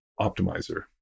optimizer